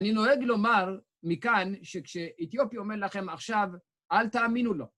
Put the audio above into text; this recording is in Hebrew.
אני נוהג לומר מכאן שכשאתיופי אומר לכם עכשיו, אל תאמינו לו.